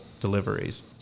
deliveries